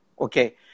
Okay